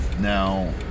Now